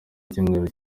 icyumweru